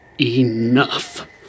Enough